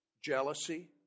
Jealousy